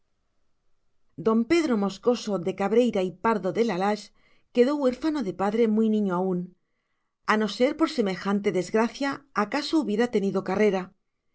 don pedro moscoso de cabreira y pardo de la lage quedó huérfano de padre muy niño aún a no ser por semejante desgracia acaso hubiera tenido carrera